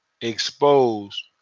exposed